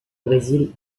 brésil